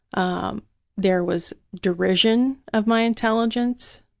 um there was derision of my intelligence.